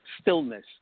stillness